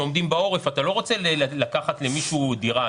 בעורף, אתה לא רוצה לקחת למישהו דירה.